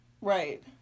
Right